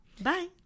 Bye